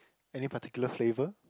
any particular flavour